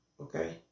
okay